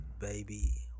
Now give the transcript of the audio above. baby